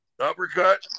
uppercut